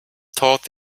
thought